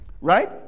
Right